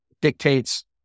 dictates